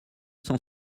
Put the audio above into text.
cent